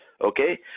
Okay